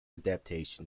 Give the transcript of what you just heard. adaptions